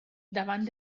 davant